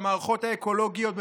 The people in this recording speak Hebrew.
במערכות האקולוגיות,